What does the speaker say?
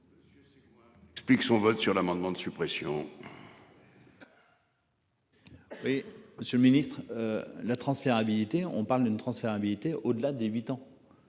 Je sais quoi. Explique son vol sur l'amendement de suppression. Oui, Monsieur le Ministre. La transférabilité, on parle d'une transférabilité au-delà de 8 ans.